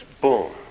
Boom